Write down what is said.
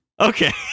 Okay